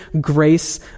grace